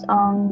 on